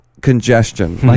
congestion